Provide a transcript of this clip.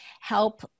help